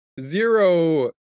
Zero